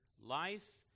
life